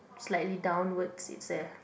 slightly downwards is there